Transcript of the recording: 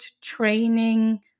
training